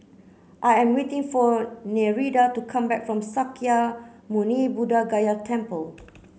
I am waiting for Nereida to come back from Sakya Muni Buddha Gaya Temple